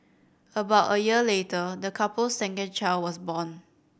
about a year later the couple's second child was born